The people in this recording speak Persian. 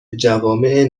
جوامع